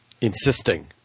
insisting